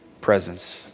presence